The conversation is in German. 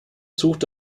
sucht